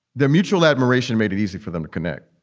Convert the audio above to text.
the mutual admiration made it easy for them to connect.